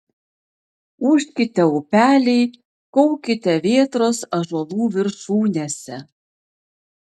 ūžkite upeliai kaukite vėtros ąžuolų viršūnėse